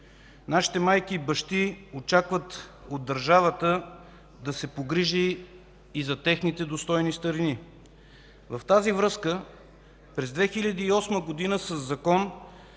Нашите майки и бащи очакват от държавата да се погрижи и за техните достойни старини. В тази връзка през 2008 г. със закон